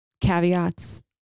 caveats